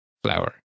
flower